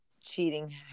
cheating